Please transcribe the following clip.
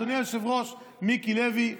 אדוני היושב-ראש מיקי לוי,